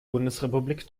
bundesrepublik